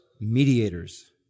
mediators